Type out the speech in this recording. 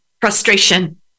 frustration